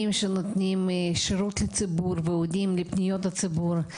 שנותנים שירות לציבור ועונים לפניות הציבור.